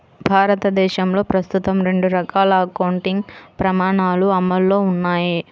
భారతదేశంలో ప్రస్తుతం రెండు రకాల అకౌంటింగ్ ప్రమాణాలు అమల్లో ఉన్నాయి